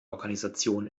organisation